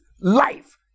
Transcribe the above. life